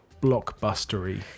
blockbustery